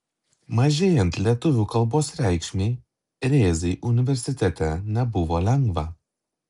mažėjant lietuvių kalbos reikšmei rėzai universitete nebuvo lengva